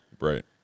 right